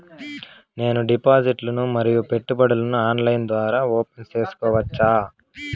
నేను డిపాజిట్లు ను మరియు పెట్టుబడులను ఆన్లైన్ ద్వారా ఓపెన్ సేసుకోవచ్చా?